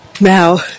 Now